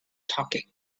talking